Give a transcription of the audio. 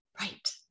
Right